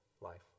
life